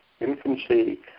infancy